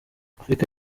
afrika